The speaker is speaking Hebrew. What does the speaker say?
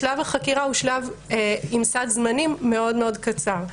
שלב החקירה הוא שלב עם סד זמנים מאוד מאוד קצר.